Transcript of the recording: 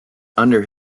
under